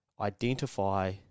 identify